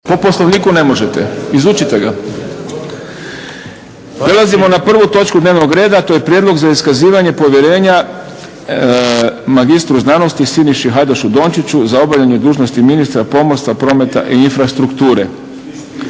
**Šprem, Boris (SDP)** Prelazimo na 1.točku dnevnog reda, a to je 1. Prijedlog za iskazivanje povjerenja mr.sc. Siniši Hajdašu Dončiću za obavljanje dužnosti ministra pomorstva, prometa i infrastrukture.